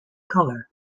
color